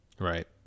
Right